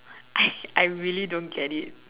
I I really don't get it